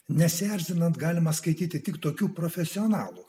nesierzinant galima skaityti tik tokių profesionalų